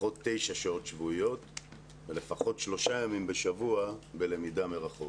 לפחות תשע שעות שבועיות ולפחות שלושה ימים בשבוע בלמידה מרחוק.